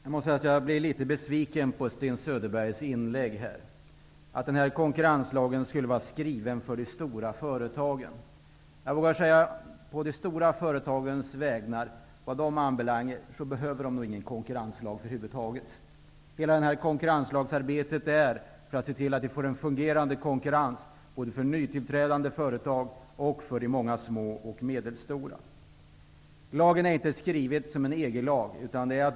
Herr talman! Jag blir litet besviken på Sten Söderbergs inlägg. Han säger att konkurrenslagen skulle vara skriven för de stora företagen. De stora företagen behöver nog ingen konkurrenslag över huvud taget. Hela detta konkurrenslagsarbete har kommit till för att se till att vi får en fungerande konkurrens både för nya företag och för de många små och medelstora företagen. Lagen är inte skriven som en EG-lag.